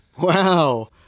Wow